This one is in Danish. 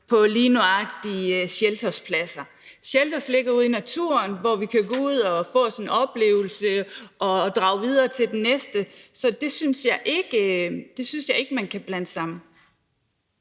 lige nøjagtig på shelterpladser. Sheltere ligger ude i naturen, hvor vi kan gå ud og få os en oplevelse og drage videre til den næste, så det synes jeg ikke man kan blande sammen.